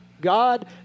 God